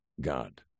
God